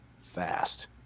fast